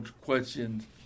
questions